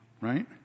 Right